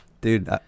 Dude